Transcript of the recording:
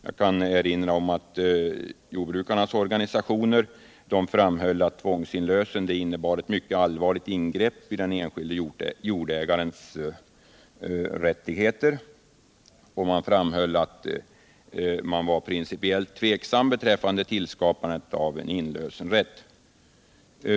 Jag kan erinra om att jordbrukarnas organisationer framhöll att tvångsinlösen innebar ett mycket allvarligt ingrepp i den enskilde jordägarens rättigheter, och man framhöll att man var principiellt tveksam beträffande tillskapandet av en inlösenrätt.